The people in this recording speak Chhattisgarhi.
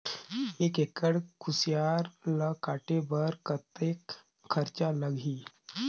एक एकड़ कुसियार ल काटे बर कतेक खरचा लगही?